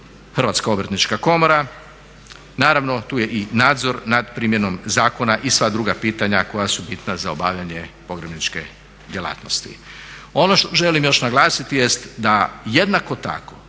Hrvatska obrtnička komora. Naravno tu je i nadzor nad primjenom zakona i sva druga pitanja koja su bitna za obavljanje pogrebniče djelatnosti. Ono što želim još naglasiti jest da jednako tako